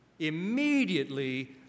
immediately